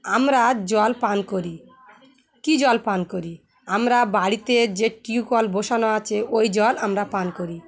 আমরা জল পান করি কী জল পান করি আমরা বাড়িতে যে টিউবওয়েল বসানো আছে ওই জল আমরা পান করি